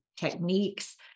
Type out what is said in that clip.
techniques